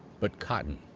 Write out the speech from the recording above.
but cotton.